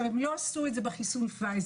הם לא עשו את זה בחיסון פייזר.